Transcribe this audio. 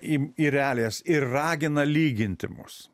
į į realijas ir ragina lyginti mus